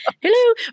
hello